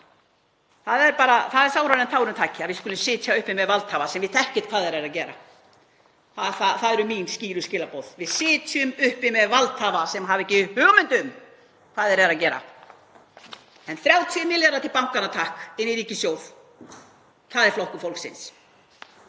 neitt. Það er sárara en tárum taki að við skulum sitja uppi með valdhafa sem vita ekkert hvað þeir eru að gera. Það eru mín skýru skilaboð. Við sitjum uppi með valdhafa sem hafa ekki hugmynd um hvað þeir eru að gera. En 30 milljarða frá bönkunum, takk, yfir í ríkissjóð, það er Flokkur fólksins.